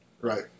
Right